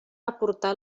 aportar